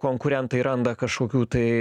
konkurentai randa kažkokių tai